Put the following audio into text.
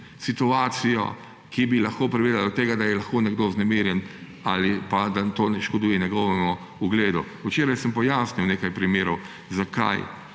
situacijo, ki bi lahko privedla do tega, da je lahko nekdo vznemirjen ali da to ne škoduje njegovemu ugledu. Včeraj sem pojasnil nekaj primerov, zakaj